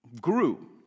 grew